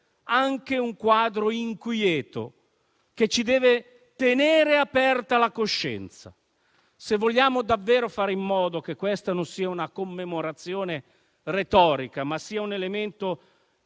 anche un quadro inquieto che deve tenere aperta la nostra coscienza. Se vogliamo davvero fare in modo che questa sia non una commemorazione retorica, ma un elemento